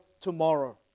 tomorrow